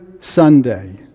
Sunday